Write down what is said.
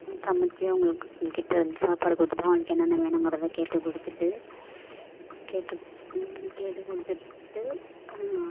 சமைத்து அவங்களுக்கு கிட்டேருந்து சாப்பாடு கொடுத்துட்டு அவங்களுக்கு என்னென்ன வேணுங்கிறத கேட்டு கொடுத்துட்டு கேட்டு கேட்டு கொடுத்துட்டு